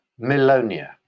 Melonia